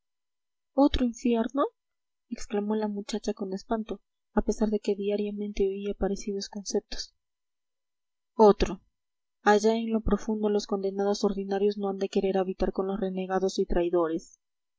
otro infierno exclamó la muchacha con espanto a pesar de que diariamente oía parecidos conceptos otro allá en lo profundo los condenados ordinarios no han de querer habitar con los renegados y traidores